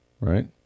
Right